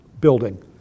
building